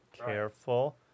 Careful